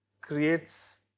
creates